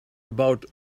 about